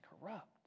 corrupt